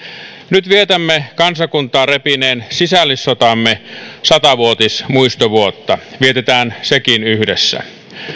nyt vietämme kansakuntaa repineen sisällissotamme sata vuotismuistovuotta vietetään sekin yhdessä